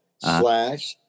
slash